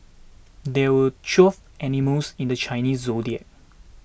there were twelve animals in the Chinese zodiac